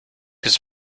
his